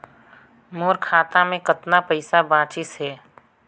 मोर खाता मे कतना पइसा बाचिस हे?